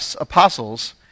apostles